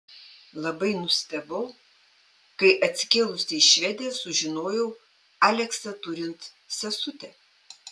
labai nustebau kai atsikėlusi į švediją sužinojau aleksę turint sesutę